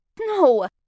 No